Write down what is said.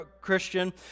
christian